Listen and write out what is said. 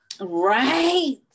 Right